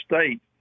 state